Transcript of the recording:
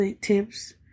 tips